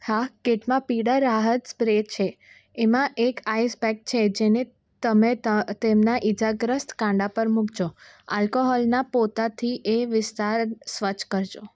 હા કીટમાં પીડા રાહત સ્પ્રે છે એમાં એક આઈસ પેક છે જેને તમે તેમનાં ઈજાગ્રસ્ત કાંડા પર મૂકજો આલ્કોહોલનાં પોતાથી એ વિસ્તાર સ્વચ્છ કરજો